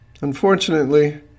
Unfortunately